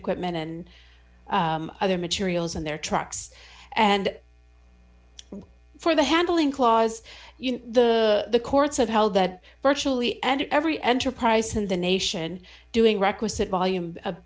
equipment and other materials in their trucks and for the handling clause you know the courts have held that virtually and every enterprise in the nation doing requisite volume of